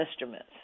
instruments